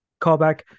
callback